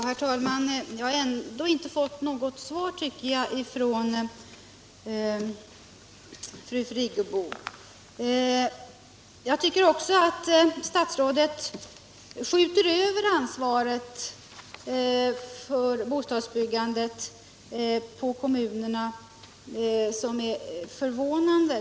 Herr talman! Jag har ändå inte fått något svar från fru Friggebo. Jag tycker att statsrådet skjuter över ansvaret för bostadsbyggandet på kommunerna på ett sätt som är förvånande.